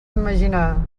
imaginar